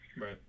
Right